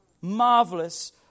Marvelous